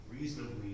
reasonably